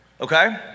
Okay